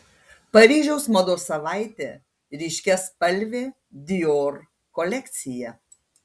paryžiaus mados savaitė ryškiaspalvė dior kolekcija